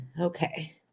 Okay